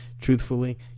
truthfully